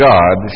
God